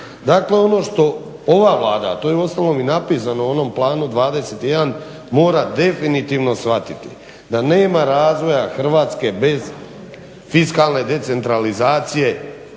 Dakle ono što ova Vlada, a to je uostalom i napisano u onom Planu 21 mora definitivno shvatiti da nema razvoja Hrvatske bez fiskalne decentralizacije,